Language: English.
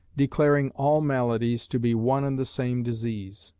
declaring all maladies to be one and the same disease,